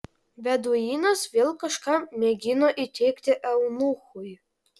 beduinas vėl kažką mėgino įteigti eunuchui